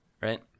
right